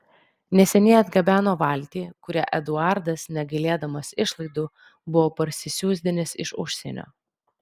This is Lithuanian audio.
neseniai atgabeno valtį kurią eduardas negailėdamas išlaidų buvo parsisiųsdinęs iš užsienio